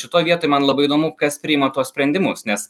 šitoj vietoj man labai įdomu kas priima tuos sprendimus nes